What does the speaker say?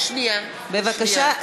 בבקשה.